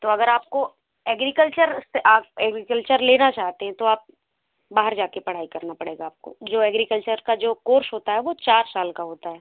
तो अगर आप को एग्रीकल्चर से एग्रीकल्चर लेना चाहते हैं तो आप बाहर जाकर पढ़ाई करना पड़ेगा आपको जो एग्रीकल्चर का जो कोर्स होता है वो चार साल का होता है